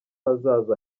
hazaza